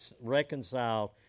reconciled